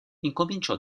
incominciò